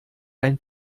ein